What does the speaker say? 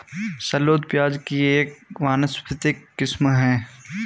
shallot प्याज़ की एक वानस्पतिक किस्म है